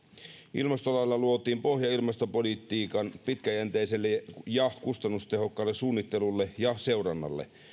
ilmastolailla luotiin pohja ilmastopolitiikan pitkäjänteiselle ja kustannustehokkaalle suunnittelulle ja seurannalle